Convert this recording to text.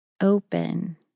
open